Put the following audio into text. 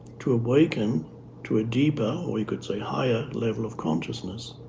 to awaken to a deeper we could say higher level of consciousness.